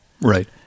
Right